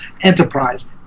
enterprise